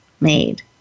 made